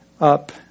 up